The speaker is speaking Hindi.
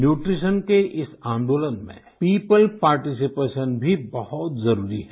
न्यूट्रीशियनके इस आंदोलन में पीपल पार्टीसिपेशन भी बहुत जरूरी है